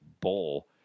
bowl